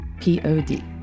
Pod